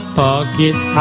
pockets